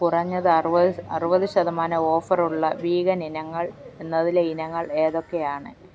കുറഞ്ഞത് അറുപത് അറുപത് ശതമാനം ഓഫറുള്ള വീഗൻ ഇനങ്ങൾ എന്നതിലെ ഇനങ്ങൾ ഏതൊക്കെയാണ്